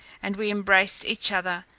and we embraced each other,